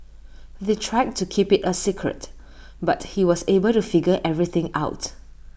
they tried to keep IT A secret but he was able to figure everything out